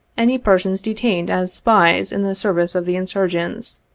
any persons detained as spies in the service of the insurgents,